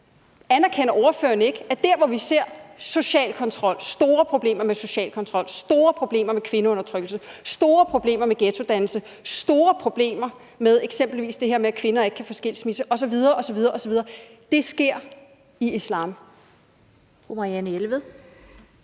Anerkender ordføreren ikke, at der, hvor vi ser social kontrol, store problemer med social kontrol, store problemer med kvindeundertrykkelse, store problemer med ghettodannelse, store problemer med eksempelvis det her med, at kvinder ikke kan få skilsmisse, osv. osv., er i islam?